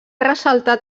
ressaltar